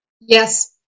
Yes